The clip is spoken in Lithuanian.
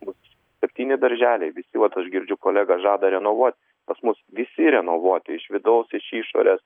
mus septyni darželiai visi va aš girdžiu kolega žada renovuot pas mus visi renovuoti iš vidaus iš išorės